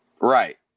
Right